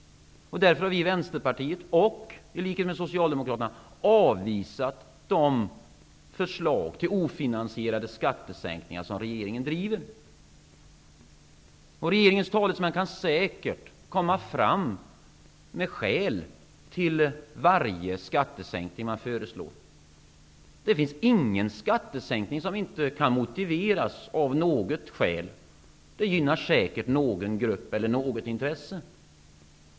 Därför har Vänsterpartiet, i likhet med Socialdemokraterna, avvisat de förslag till ofinansierade skattesänkningar som regeringen lägger fram. Regeringens talesmän kan säkert lägga fram skäl till varje förslag till skattesänkning. Det finns ingen skattesänkning som inte kan motiveras av något skäl. Den gynnar säkert någon grupp eller något intresse.